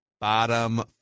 bottom